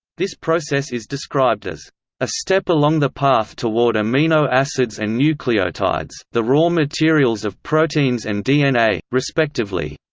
this process is described as a step along the path toward amino acids and nucleotides, the raw materials of proteins and dna, respectively.